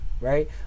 Right